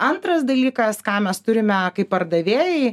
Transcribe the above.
antras dalykas ką mes turime kaip pardavėjai